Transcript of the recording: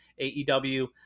AEW